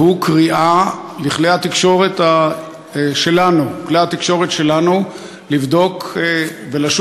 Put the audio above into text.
והוא קריאה לכלי התקשורת שלנו לבדוק ולשוב